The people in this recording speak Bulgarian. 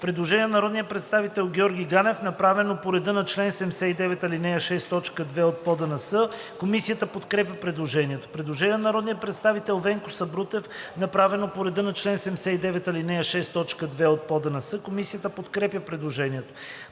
Предложение на народния представител Георги Ганев, направено по реда на чл. 79, ал. 6, т. 2 от ПОДНС. Комисията подкрепя предложението. Предложение на народния представител Венко Сабрутев, направено по реда на чл. 79, ал. 6, т. 2 от ПОДНС. Комисията подкрепя предложението.